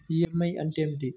EMI అంటే ఏమిటి?